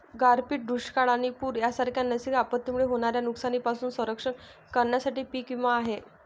गारपीट, दुष्काळ आणि पूर यांसारख्या नैसर्गिक आपत्तींमुळे होणाऱ्या नुकसानीपासून संरक्षण करण्यासाठी पीक विमा आहे